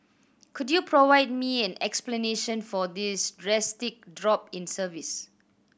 could you provide me an explanation for this drastic drop in service